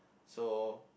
so